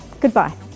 goodbye